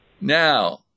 Now